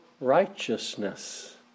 righteousness